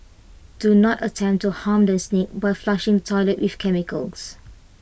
do not attempt to harm the snake by flushing toilet with chemicals